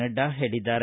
ನಡ್ಡಾ ಹೇಳಿದ್ದಾರೆ